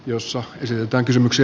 jos saa syyttää kysymyksi